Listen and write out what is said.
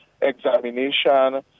examination